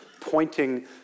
pointing